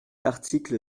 article